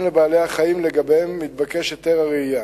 לבעלי-החיים שלגביהם מתבקש היתר הרעייה.